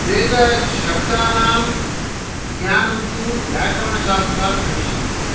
वेदशब्दानां ज्ञानं तु व्याकरणशास्त्रात् भविष्यति